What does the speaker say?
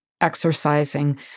exercising